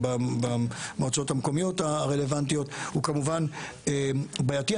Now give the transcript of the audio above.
במועצות המקומיות הרלוונטיות הוא כמובן בעייתי,